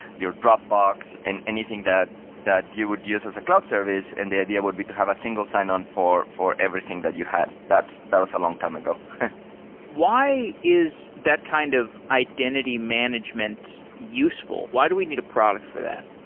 your dropbox and anything that that you would use as a cloud service, and the idea would be to have a single sign on for for everything that you had. that was a longtime ago why is that kind of identity management useful? why do we need a product for that?